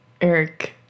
Eric